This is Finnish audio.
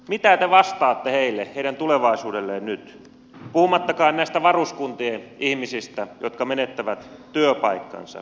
mitä te vastaatte heille heidän tulevaisuudelleen nyt puhumattakaan näistä varuskuntien ihmisistä jotka menettävät työpaikkansa